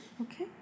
Okay